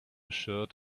shirt